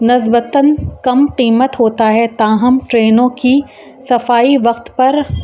نسبتاً کم قیمت ہوتا ہے تاہم ٹرینوں کی صفائی وقت پر